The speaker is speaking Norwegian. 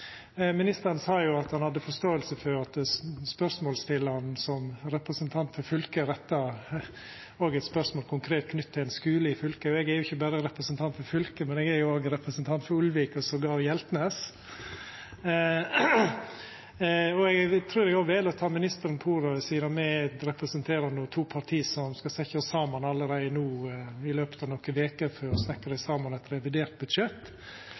konkret skule i fylket. Eg er ikkje berre representant for fylket, men eg er òg representant for Ulvik og jamvel Hjeltnes. Eg trur eg vel å ta ministeren på ordet. Sidan me no representerer to parti som skal setja oss saman allereie i løpet av nokre veker for å snekra saman eit revidert budsjett,